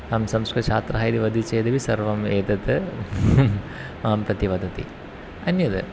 अहं संस्कृतछात्राः इति वदति चेदपि सर्वम् एतत् मां प्रति वदति अन्यत्